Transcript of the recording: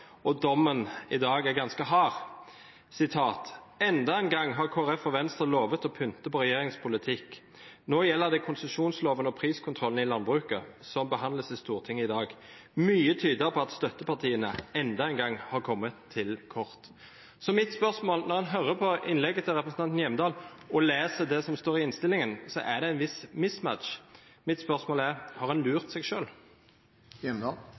og dommen i dag er ganske hard: «Enda en gang har KrF og Venstre lovet å pynte på regjeringas politikk. Nå gjelder det konsesjonsloven og priskontrollen i landbruket, som behandles i Stortinget i dag. Mye tyder på at støttepartiene enda en gang kommer til kort.» Når en hører på innlegget til representanten Hjemdal og leser det som står i innstillingen, er det en viss «mismatch». Mitt spørsmål er: Har